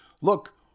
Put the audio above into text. Look